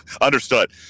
Understood